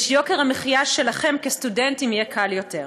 שיוקר המחיה שלכם כסטודנטים יהיה קל יותר,